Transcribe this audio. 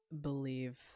believe